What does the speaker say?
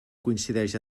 coincideix